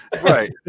Right